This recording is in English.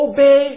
Obey